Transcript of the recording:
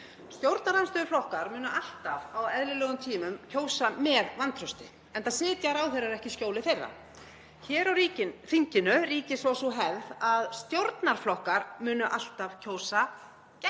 Stjórnarandstöðuflokkar munu á eðlilegum tímum alltaf kjósa með vantrausti enda sitja ráðherrar ekki í skjóli þeirra. Hér á þinginu ríkir svo sú hefð að stjórnarflokkar munu alltaf kjósa gegn